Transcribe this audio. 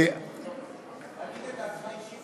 להגיד את דעתך האישית על זה.